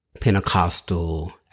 Pentecostal